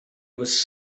was